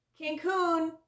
Cancun